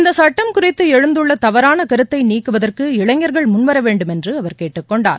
இந்தச்சட்டம் குறித்து எழுந்துள்ள தவறான கருத்தை நீக்குவதற்கு இளைஞர்கள் முன்வர வேண்டும் என்று அவர் கேட்டுக்கொண்டார்